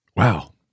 Wow